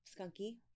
skunky